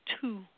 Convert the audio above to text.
two